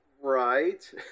Right